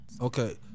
Okay